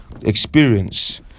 experience